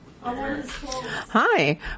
Hi